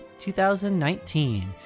2019